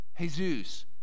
Jesus